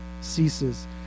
ceases